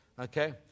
Okay